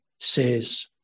Says